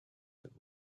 that